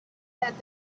that